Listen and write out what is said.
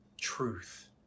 truth